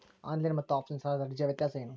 Online ಮತ್ತು offline ಸಾಲದ ಅರ್ಜಿಯ ವ್ಯತ್ಯಾಸ ಏನು?